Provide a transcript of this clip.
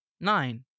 Nine